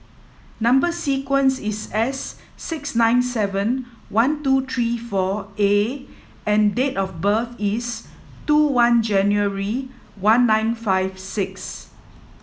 number sequence is S six nine seven one two three four A and date of birth is two one January one nine five six